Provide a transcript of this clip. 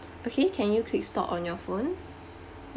okay can you click stop on your phone